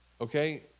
Okay